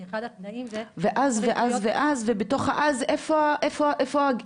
כי אחד התנאים זה --- ואז ואז ואז ובתוך האז איפה האיש,